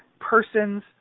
person's